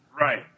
Right